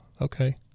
Okay